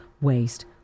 waste